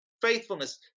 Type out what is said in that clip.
faithfulness